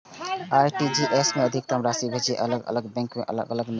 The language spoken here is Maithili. आर.टी.जी.एस सं अधिकतम राशि भेजै के अलग अलग बैंक के अलग अलग नियम छै